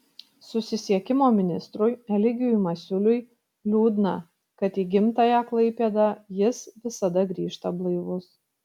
susisiekimo ministrui eligijui masiuliui liūdna kad į gimtąją klaipėdą jis visada grįžta blaivus